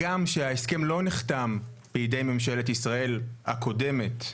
הגם שההסכם לא נחתם בידי ממשלת ישראל הקודמת,